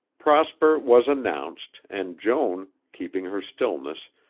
prosper was announced, and joan, keeping her stillness,